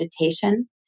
meditation